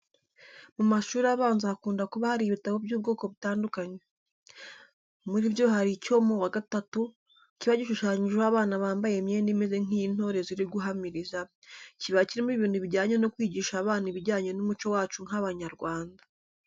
Mu mashuri abanza hakunda kuba hari ibitabo by'ubwoko butandukanye. Muri byo hari icyo mu wa gatatu kiba gishushanyijeho abana bambaye imyenda imeze nk'iy'intore ziri guhamiriza, kiba kirimo ibintu bijyanye no kwigisha abana ibijyanye n'umuco wacu nk'Abanyarwanda.